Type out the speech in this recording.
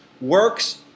Works